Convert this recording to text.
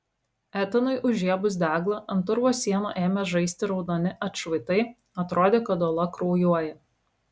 etanui užžiebus deglą ant urvo sienų ėmė žaisti raudoni atšvaitai atrodė kad uola kraujuoja